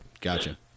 Gotcha